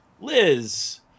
Liz